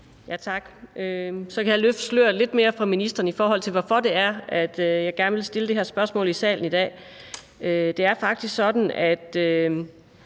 (V): Tak. Så kan jeg løfte sløret lidt mere for ministeren for, hvorfor jeg gerne vil stille det her spørgsmål i salen i dag. Det er faktisk sådan, at